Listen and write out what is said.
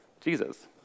Jesus